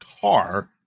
car